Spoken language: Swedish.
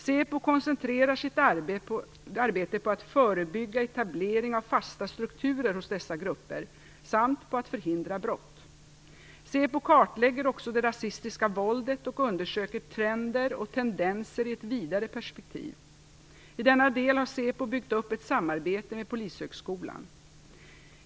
SÄPO koncentrerar sitt arbete på att förebygga etablering av fasta strukturer hos dessa grupper samt på att förhindra brott. SÄPO kartlägger också det rasistiska våldet och undersöker trender och tendenser i ett vidare perspektiv. I denna del har SÄPO byggt upp ett samarbete med Polishögskolan.